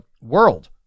world